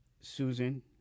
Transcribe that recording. Susan